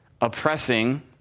oppressing